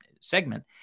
segment